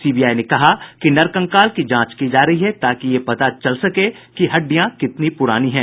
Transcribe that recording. CBI ने कहा कि नरककाल की जांच की जा रही है ताकि ये पता लगाया जा सके कि हड्डियां कितनी पुरानी हैं